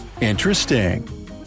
Interesting